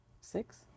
Six